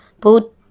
put